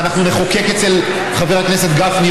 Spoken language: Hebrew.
ובשבועות הקרובים אנחנו נחוקק אצל חבר הכנסת גפני,